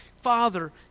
Father